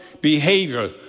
behavior